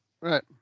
Right